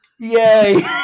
Yay